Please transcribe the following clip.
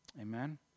Amen